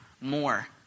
more